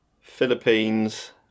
Philippines